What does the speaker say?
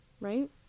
Right